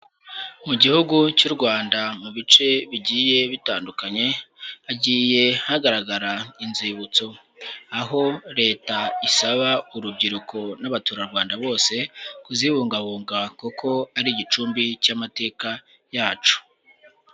Mu gihugu cy'u Rwanda mu bice bigiye bitandukanye hagiye hagaragara inzibutso, aho leta isaba urubyiruko n'abaturarwanda bose kuzibungabunga kuko ari igicumbi cy'amateka yacu.